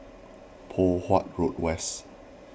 Poh Huat Road West